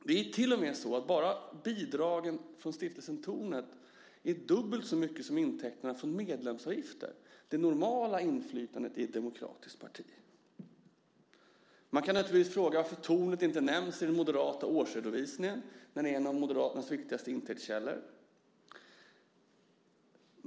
Det är till och med så att bara bidragen från stiftelsen Tornet utgör dubbelt så mycket som intäkterna från medlemsavgifter - det normala inflytandet i ett demokratiskt parti. Man kan naturligtvis fråga varför Tornet inte nämns i den moderata årsredovisningen när det är fråga om en av Moderaternas viktigaste intäktskällor.